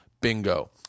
Bingo